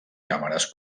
càmeres